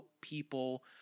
people